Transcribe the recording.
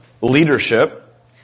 leadership